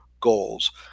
goals